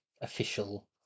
official